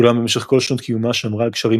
אולם במשך כל שנות קיומה שמרה על קשרים